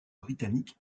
britannique